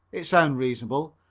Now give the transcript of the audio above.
it sounded reasonable.